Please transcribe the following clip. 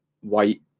white